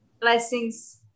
Blessings